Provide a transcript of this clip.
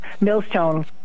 Millstone